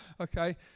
okay